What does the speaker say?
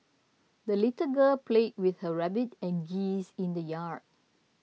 the little girl played with her rabbit and geese in the yard